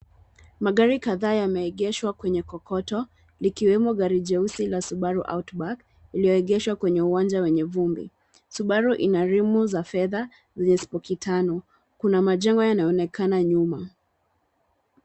Magari kadhaa yameegeshwa kwenye kokoto likiwemo gari jeusi la Subaru Outback iliyoegeshwa kwenye uwanja wenye vumbi . Subaru ina rimu za fedha zenye spoki tano. Kuna majengo yanaonekana nyuma